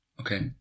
Okay